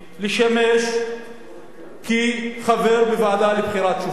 ישמש כחבר בוועדה לבחירת שופטים?